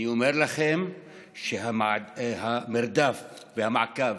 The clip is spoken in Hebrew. אני אומר לכם שהמרדף והמעקב